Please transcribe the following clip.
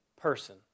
person